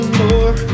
more